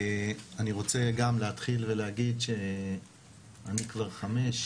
אני רוצה גם להתחיל ולהגיד שאני כבר חמש,